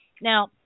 Now